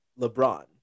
LeBron